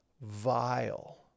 vile